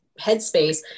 headspace